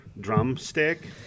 drumstick